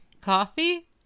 coffee